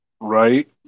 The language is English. Right